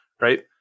right